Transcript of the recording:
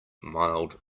mild